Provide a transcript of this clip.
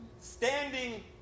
standing